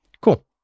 Cool